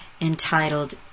entitled